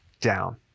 down